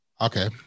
Okay